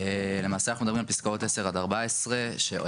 למעשה אנחנו מדברים על פסקאות 10-14 שעוסקות